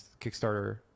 Kickstarter